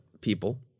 people